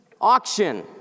auction